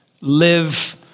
live